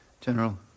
General